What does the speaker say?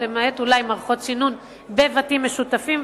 למעט אולי מערכות סינון בבתים משותפים,